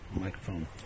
Microphone